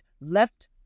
left